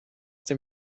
dem